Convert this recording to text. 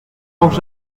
manque